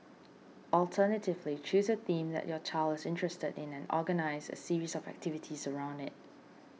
alternatively choose a theme that your child is interested in and organise a series of activities around it